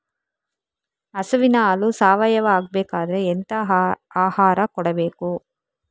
ಹಸುವಿನ ಹಾಲು ಸಾವಯಾವ ಆಗ್ಬೇಕಾದ್ರೆ ಎಂತ ಆಹಾರ ಕೊಡಬೇಕು?